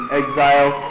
exile